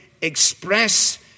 express